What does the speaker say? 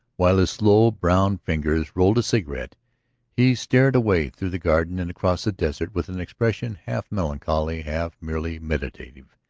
while his slow brown fingers rolled a cigarette he stared away through the garden and across the desert with an expression half melancholy, half merely meditative,